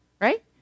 Right